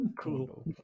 Cool